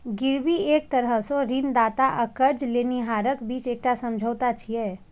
गिरवी एक तरह सं ऋणदाता आ कर्ज लेनिहारक बीच एकटा समझौता छियै